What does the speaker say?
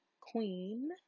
Queen